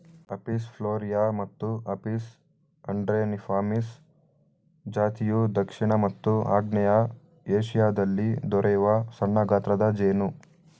Apis florea ಮತ್ತು Apis andreniformis ಜಾತಿಯು ದಕ್ಷಿಣ ಮತ್ತು ಆಗ್ನೇಯ ಏಶಿಯಾದಲ್ಲಿ ದೊರೆಯುವ ಸಣ್ಣಗಾತ್ರದ ಜೇನು